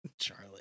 Charlie